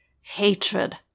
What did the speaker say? hatred